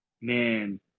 man